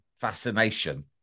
fascination